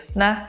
na